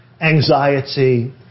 anxiety